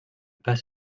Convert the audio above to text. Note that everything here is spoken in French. pas